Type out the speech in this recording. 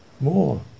More